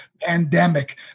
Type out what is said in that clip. pandemic